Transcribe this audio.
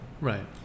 Right